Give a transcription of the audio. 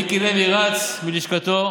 מיקי לוי רץ מלשכתו,